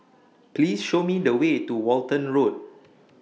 Please Show Me The Way to Walton Road